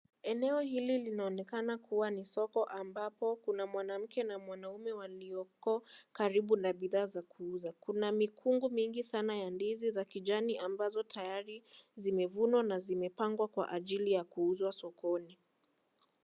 Eneo hili linonikana kuwa ni soko ambapo, kuna mwanamke na mwanaume waliioko, karibu na bidha za kuuza. Kuna mikungu mingi sana ya ndizi za kijani ambazo tayari zimevunwa na zimepangwa kwa ujili ya kuuzua sokoni.